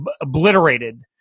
obliterated